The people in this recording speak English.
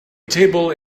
table